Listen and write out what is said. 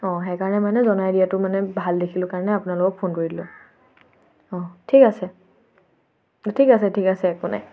অঁ সেইকাৰণে মানে জনাই দিয়াটো মানে ভাল দেখিলোঁ কাৰণে আপোনালোকক ফোন কৰিলোঁ অঁ ঠিক আছে ঠিক আছে ঠিক আছে একো নাই